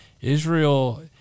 Israel